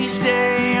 stay